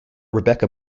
rebecca